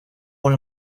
one